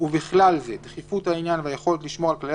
ובכלל זה דחיפות העניין והיכולת לשמור על כללי